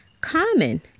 common